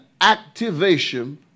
activation